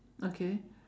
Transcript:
okay